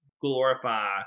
glorify